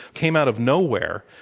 came out of nowhere